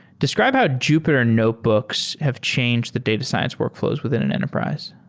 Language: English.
describe how jupyter notebooks have changed the data science workfl ows within an enterprise.